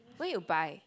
where you buy